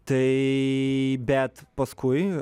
tai bet paskui